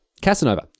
Casanova